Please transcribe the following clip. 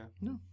no